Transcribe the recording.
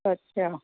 अच्छा